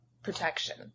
protection